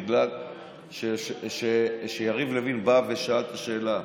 בגלל שיריב לוין שאל את השאלה,